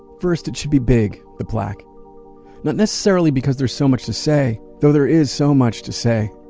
first, it should be big the plaque not necessarily because there's so much to say though there is so much to say,